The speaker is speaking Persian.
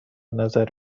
نظر